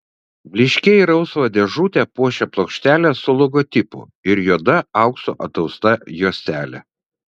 blyškiai rausvą dėžutę puošią plokštelė su logotipu ir juoda auksu atausta juostelė